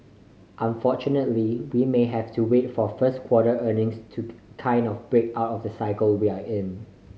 unfortunately we may have to wait for first quarter earnings to kind of break out of the cycle we're in